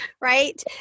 right